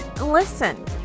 Listen